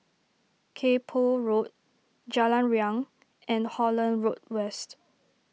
Kay Poh Road Jalan Riang and Holland Road West